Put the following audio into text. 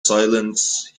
silence